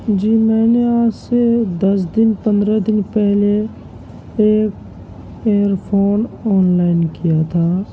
جی میں نے آج سے دس دن پندرہ دن پہلے air air phone online کیا تھا